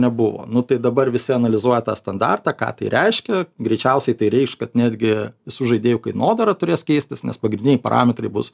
nebuvo nu tai dabar visi analizuoja tą standartą ką tai reiškia greičiausiai tai reikš kad netgi visų žaidėjų kainodara turės keistis nes pagrindiniai parametrai bus